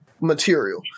material